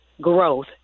growth